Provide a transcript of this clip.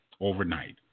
overnight